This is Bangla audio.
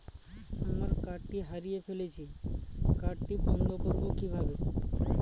আমার কার্ডটি হারিয়ে ফেলেছি কার্ডটি বন্ধ করব কিভাবে?